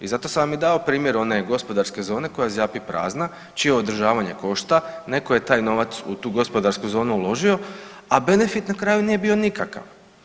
I zato sam vam i dao primjer one gospodarske zone koja zjapi prazna, čije održavanje košta, netko je taj novac u tu gospodarsku zonu uložio, a benefit na kraju nije bio nikakav.